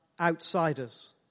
outsiders